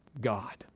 God